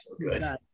good